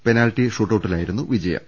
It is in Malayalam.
പെനാൽട്ടി ഷൂട്ടൌട്ടിലായിരുന്നു വിജയം